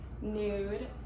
nude